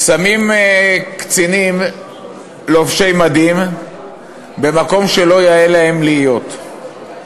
שמים קצינים לובשי מדים במקום שלא יאה להם להיות בו.